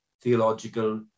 theological